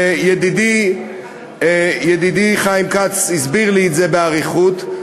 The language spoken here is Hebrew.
וידידי חיים כץ הסביר לי את זה באריכות.